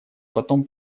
потом